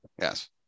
yes